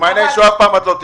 במעייני הישועה אף פעם לא תהיי.